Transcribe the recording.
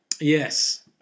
Yes